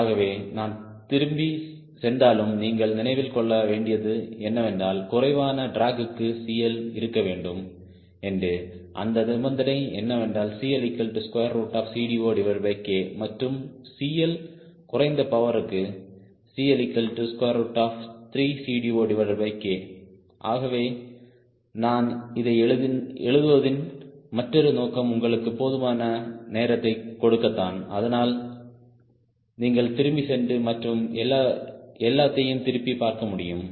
ஆகவே நான் திரும்பி சென்றாலும் நீங்கள் நினைவில் கொள்ள வேண்டியது என்னவென்றால் குறைவான டிராகுக்கு CL இருக்க வேண்டும் என்று அந்த நிபந்தனை என்னவென்றால் CLCD0K மற்றும் CL குறைந்த பவர்க்கு CL3CD0K ஆகவே நான் இதை எழுதுவதின் மற்றொரு நோக்கம் உங்களுக்கு போதுமான நேரத்தை கொடுக்கத்தான் அதனால் நீங்கள் திரும்பி சென்று மற்றும் எல்லாத்தையும் திருப்பி பார்க்க முடியும்